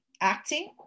acting